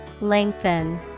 Lengthen